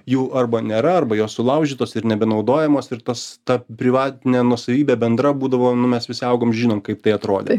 jų arba nėra arba jos sulaužytos ir nebenaudojamos ir tos ta privatinė nuosavybė bendra būdavo nu mes visi augom žinom kaip tai atrodė